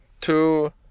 Two